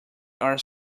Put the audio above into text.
are